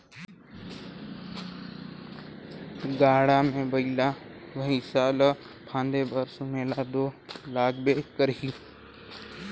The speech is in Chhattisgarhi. गाड़ा मे बइला भइसा ल फादे बर सुमेला दो लागबे करही